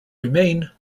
remain